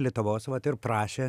lietuvos vat ir prašė